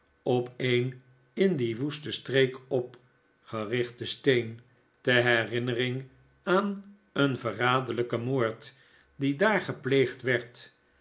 op een in die woeste streek opgericmen steen ter herinnering aan een verraderlijken moord die daar gepleegd werd